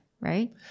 right